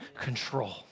control